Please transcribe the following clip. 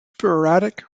sporadic